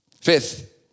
Fifth